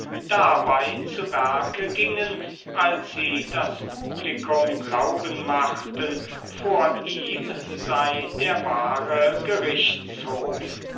dabei zu werke gingen als sie das publikum glauben machten vor ihm sei der wahre gerichtshof